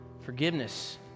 Forgiveness